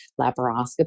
laparoscopy